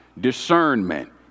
discernment